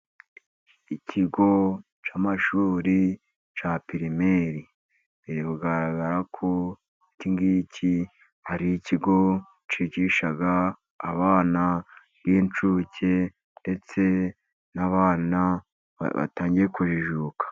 Ikigo cy'amashuri cya pirimeri. Biri kugaragara ko iki ari ikigo cyigisha abana b'inshuke, ndetse n'abana batangiye kujijuka.